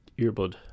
earbud